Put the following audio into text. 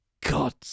god